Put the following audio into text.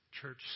church